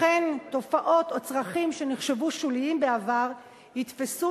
לכן תופעות או צרכים שנחשבו שוליים בעבר יתפסו